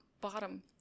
bottom